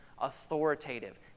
Authoritative